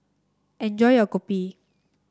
enjoy your Kopi